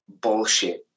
bullshit